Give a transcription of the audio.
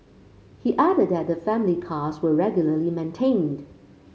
he added that the family cars were regularly maintained